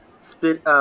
spit